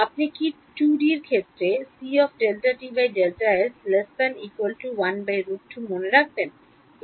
আপনি কি 2 ডি এর ক্ষেত্রে cΔt Δs ≤ 1√2 মনে রাখবেন